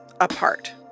apart